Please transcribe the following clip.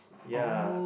ya